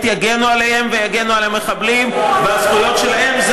יגנו עליהם ויגנו על המחבלים ועל הזכויות שלהם,